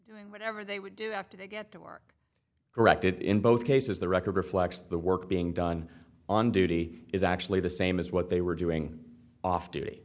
do whatever they would do after they get to work directed in both cases the record reflects the work being done on duty is actually the same as what they were doing off duty